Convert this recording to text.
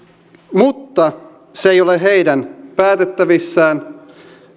mutta se ei ole heidän päätettävissään